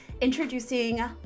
Introducing